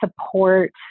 support